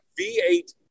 V8